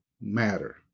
matter